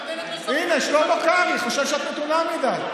היא נותנת, הינה, שלמה קרעי חושב שאת מתונה מדי.